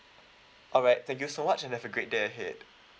alright thank you so much and have a great day ahead